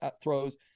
throws